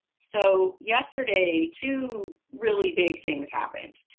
so yesterday two really big things happened.